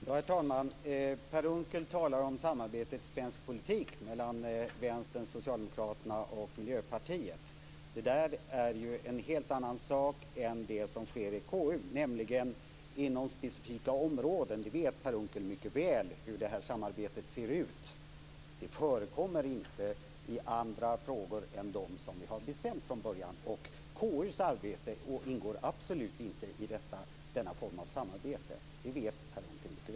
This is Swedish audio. Herr talman! Per Unckel talar om samarbetet i svensk politik mellan Vänstern, Socialdemokraterna och Miljöpartiet. Det är ju en helt annan sak än det som sker i KU, nämligen inom specifika områden. Per Unckel vet mycket väl hur det samarbetet ser ut. Det förekommer inte i andra frågor än dem som vi har bestämt från början. KU:s arbete ingår absolut inte i denna form av samarbete. Det vet Per Unckel mycket väl.